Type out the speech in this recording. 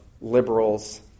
liberals